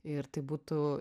ir tai būtų